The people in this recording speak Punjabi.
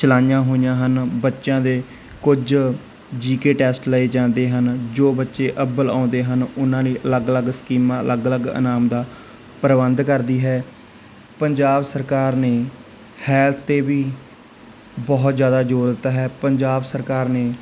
ਚਲਾਈਆਂ ਹੋਈਆਂ ਹਨ ਬੱਚਿਆਂ ਦੇ ਕੁਝ ਜੀ ਕੇ ਟੈਸਟ ਲਏ ਜਾਂਦੇ ਹਨ ਜੋ ਬੱਚੇ ਅੱਵਲ ਆਉਂਦੇ ਹਨ ਉਹਨਾਂ ਲਈ ਅਲੱਗ ਅਲੱਗ ਸਕੀਮਾਂ ਅਲੱਗ ਅਲੱਗ ਇਨਾਮ ਦਾ ਪ੍ਰਬੰਧ ਕਰਦੀ ਹੈ ਪੰਜਾਬ ਸਰਕਾਰ ਨੇ ਹੈਲਥ 'ਤੇ ਵੀ ਬਹੁਤ ਜ਼ਿਆਦਾ ਜੋਰ ਦਿੱਤਾ ਹੈ ਪੰਜਾਬ ਸਰਕਾਰ ਨੇ